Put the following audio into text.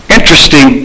Interesting